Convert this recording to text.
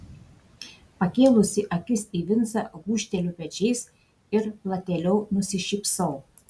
pakėlusi akis į vincą gūžteliu pečiais ir platėliau nusišypsau